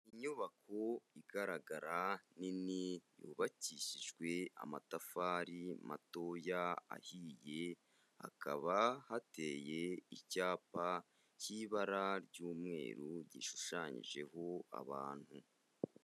Iyi nyubako igaragara nini yubakishijwe amatafari matoya ahiye, hakaba hateye icyapa cy'ibara ry'umweru, gishushanyijeho abantu.